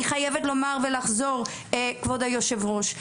אני חייבת לומר ולחזור, כבוד היושב ראש,